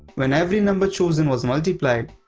when every number chosen was multiplied,